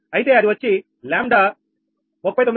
అయితే అది వచ్చి 𝜆 39